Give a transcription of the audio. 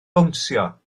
bownsio